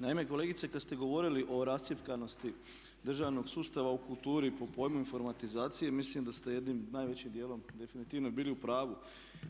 Naim, kolegice kad ste govorili o rascjepkanosti državnog sustava u kulturi pod pojmom informatizacije mislim da ste jednim najvećim dijelom definitivno bili u pravu